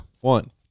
One